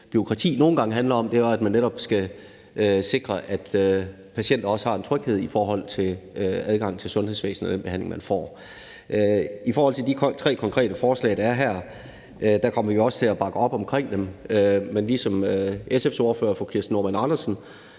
også nogle gange om, at man netop skal sikre, at patienterne også har en tryghed forhold til adgang til sundhedsvæsenet og den behandling, man får. I forhold til de tre konkrete forslag, der er her, så kommer vi også til at bakke op om dem, men ligesom SF's ordfører fru Kirsten Normann Andersen